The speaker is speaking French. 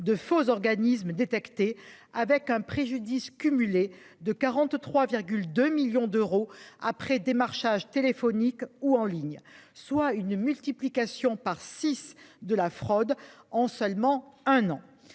de faux organisme détecté avec un préjudice cumulée de 43, 2 millions d'euros après démarchage téléphonique ou en ligne, soit une multiplication par six de la fraude en seulement un an.